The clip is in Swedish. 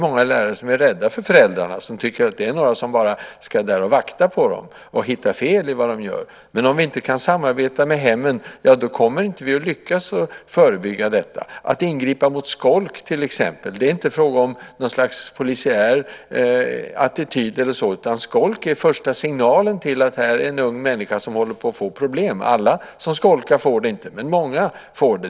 Många lärare är rädda för föräldrarna och tycker att de bara är några som ska vakta på dem och hitta fel i vad de gör, men om vi inte kan samarbeta med hemmen kommer vi inte att lyckas att förebygga detta. Det handlar om att ingripa mot skolk. Det är inte fråga om något slags polisiär attityd eller så, utan skolk är första signalen om att här är en ung människa som håller på att få problem. Alla som skolkar får inte det, men många får det.